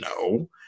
No